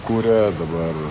kuria dabar